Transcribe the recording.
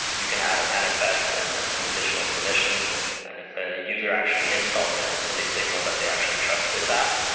you can add a manifest and and some additional permissions. and and if a user actually installs it, and so they signal that they actually trust this app,